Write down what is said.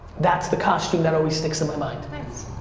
that's the costume that always sticks in my mind. nice.